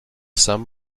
some